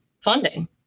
funding